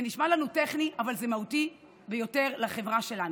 זה נשמע לנו טכני, אבל זה מהותי ביותר לחברה שלנו.